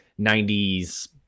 90s